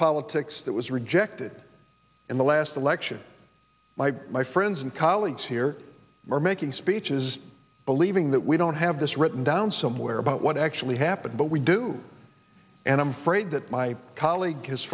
politics that was rejected in the last election my my friends and colleagues here are making speeches believing that we don't have this written down somewhere about what actually happened but we do and i'm afraid that my colleague